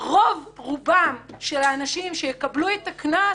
רוב רובם של האנשים שיקבלו את הקנס